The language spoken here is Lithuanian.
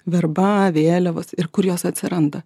verba vėliavos ir kur jos atsiranda